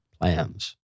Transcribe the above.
plans